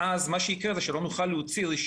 ואז מה שיקרה הוא שלא נוציא רישיונות